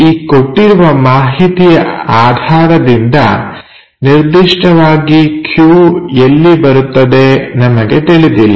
ಈ ಕೊಟ್ಟಿರುವ ಮಾಹಿತಿಯ ಆಧಾರದಿಂದ ನಿರ್ದಿಷ್ಟವಾಗಿ Q ಎಲ್ಲಿ ಬರುತ್ತದೆ ನಮಗೆ ತಿಳಿದಿಲ್ಲ